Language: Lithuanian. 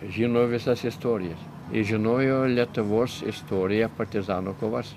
žino visas istorijas jie žinojo lietuvos istoriją partizanų kovas